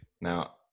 Now